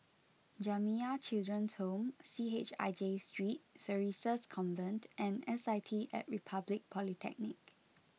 Jamiyah Children's Home C H I J Steet Theresa's Convent and S I T at Republic Polytechnic